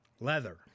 Leather